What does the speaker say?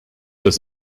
was